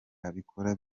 abikora